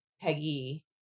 Peggy